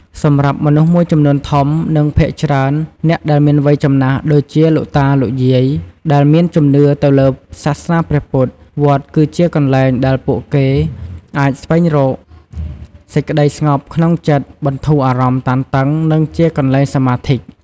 សម្រាប់មនុស្សមួយចំនួនធំ និងភាគច្រើនអ្នកដែលមានវ័យចំណាស់ដូចជាលោកតាលោកយាយដែលមានជំនឿទៅលើសាសនាព្រះពុទ្អ វត្តគឺជាកន្លែងដែលពួកគេអាចស្វែងរកសេចក្ដីស្ងប់ក្នុងចិត្ត បន្ធូរអារម្មណ៍តានតឹង និងជាកន្លែងសមាធិ។